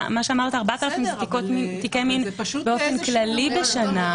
מה שאמרת, ה-4,000 אלה תיקי מין באופן כללי בשנה.